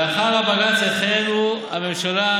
לאחר הבג"ץ החלו הממשלה,